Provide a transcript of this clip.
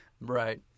right